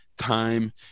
time